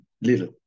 little